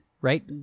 right